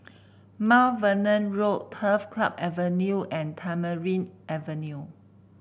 Mount Vernon Road Turf Club Avenue and Tamarind Avenue